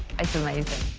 it's amazing!